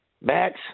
Max